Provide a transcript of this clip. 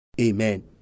Amen